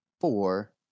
four